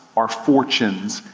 our fortunes,